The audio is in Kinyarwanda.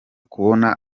kubona